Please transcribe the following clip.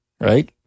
right